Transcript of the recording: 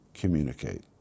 communicate